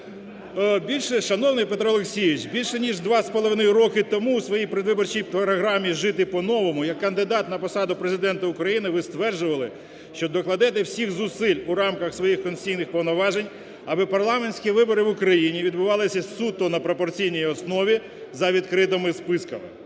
"Шановний Петре Олексійовичу! Більше ніж 2,5 роки тому в своїй передвиборчій програмі "Жити – по-новому" як кандидат на посаду Президента України ви стверджували, що докладете всіх зусиль у рамках своїх конституційних повноважень аби парламентські вибори в Україні відбувалися суто на пропорційній основі за відкритими списками.